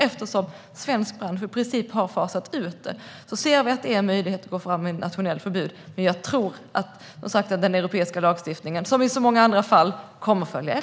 Eftersom vi här i princip har fasat ut det ser vi att det är en möjlighet att gå fram med ett nationellt förbud, men jag tror som sagt att den europeiska lagstiftningen, som i så många andra fall, kommer att följa efter.